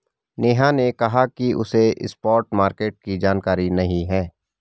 नेहा ने कहा कि उसे स्पॉट मार्केट की जानकारी नहीं है